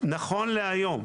נכון להיום,